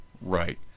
right